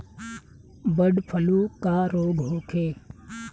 Bird flu का रोग होखे?